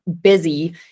busy